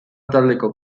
taldeko